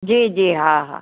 जी जी हा हा